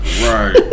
Right